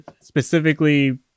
specifically